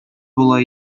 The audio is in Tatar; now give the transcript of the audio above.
була